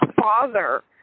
father